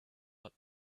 but